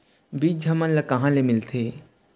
बीज हमन ला कहां ले मिलथे?